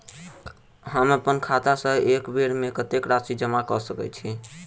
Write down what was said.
हम अप्पन खाता सँ एक बेर मे कत्तेक राशि जमा कऽ सकैत छी?